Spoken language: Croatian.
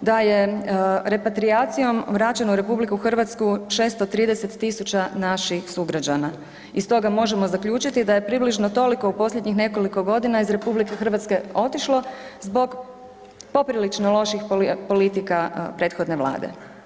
da je repatrijacijom vraćeno u RH 630 000 naših sugrađana, i stoga možemo zaključiti da je približno toliko u posljednjih nekoliko godina iz RH otišlo zbog poprilično loših politika prethodne vlade.